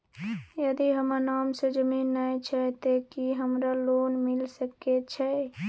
यदि हमर नाम से ज़मीन नय छै ते की हमरा लोन मिल सके छै?